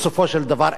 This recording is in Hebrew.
בסופו של דבר,